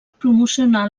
promocionar